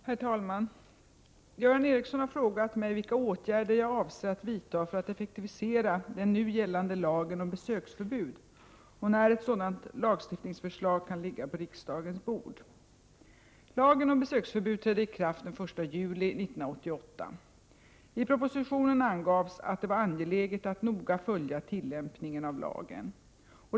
Herr talman! Göran Ericsson har frågat mig vilka åtgärder jag avser att vidta för att effektivisera den nu gällande lagen om besöksförbud och när ett sådant lagstiftningsförslag kan ligga på riksdagens bord. Lagen om besöksförbud trädde i kraft den 1 juli 1988. I propositionen angavs att det var angeläget att noga följa tillämpningen av lagen.